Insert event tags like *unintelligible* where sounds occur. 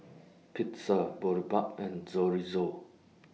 Pizza Boribap and *unintelligible*